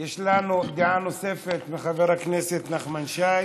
יש לנו דעה נוספת מחבר הכנסת נחמן שי.